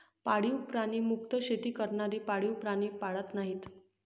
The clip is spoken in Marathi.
पाळीव प्राणी मुक्त शेती करणारे पाळीव प्राणी पाळत नाहीत